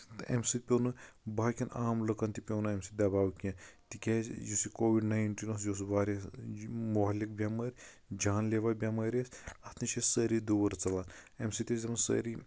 اَمہِ سۭتۍ پیٚوو نہٕ باقٕین عام لُکن تہِ پیٚوو نہٕ اَمہِ سۭتۍ دَباو کیٚنٛہہ تِکیازِ یُس یہِ کووِڈ نِینٹیٖن اوس یہِ اوس واریاہ زیادٕ مۄہلِک بیمٲر جان لیوا بیمٲر ٲسۍ اَتھ نِش ٲسۍ سٲری دوٗر ژَلان اَمہِ سۭتۍ ٲسۍ دَپان سٲری